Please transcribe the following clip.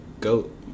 goat